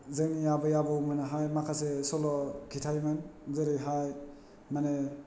जोंनि आबै आबौमोनहाय माखासे सल' खिथायोमोन जेरैहाय माने